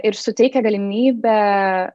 ir suteikia galimybę